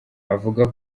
avuga